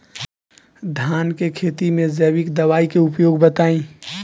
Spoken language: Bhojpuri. धान के खेती में जैविक दवाई के उपयोग बताइए?